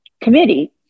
committee